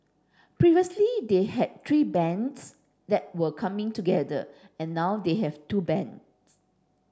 previously they had three bands that were coming together and now they have two band